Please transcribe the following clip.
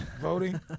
Voting